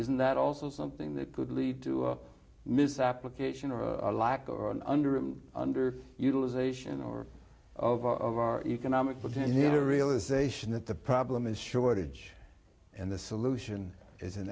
isn't that also something that could lead to misapplication of a lack or an under under utilization or of our of our economic but in the realization that the problem is shortage and the solution is an